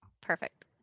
Perfect